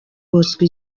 kotswa